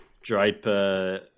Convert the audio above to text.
Draper